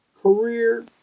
career